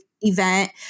event